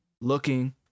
looking